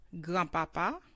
Grandpapa